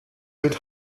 could